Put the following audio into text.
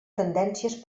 tendències